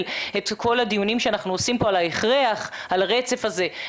את כל הדיונים שאנחנו עושים פה על ההכרח על הרצף הזה,